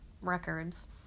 records